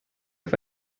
auf